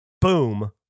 boom